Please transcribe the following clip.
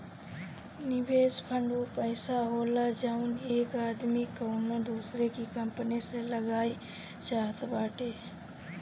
निवेस फ़ंड ऊ पइसा होला जउन एक आदमी कउनो दूसर की कंपनी मे लगाए चाहत बाटे